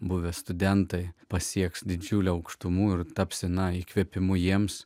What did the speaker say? buvę studentai pasieks didžiulių aukštumų ir tapsime įkvėpimu jiems